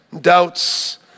doubts